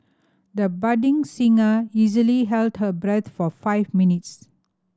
the budding singer easily held her breath for five minutes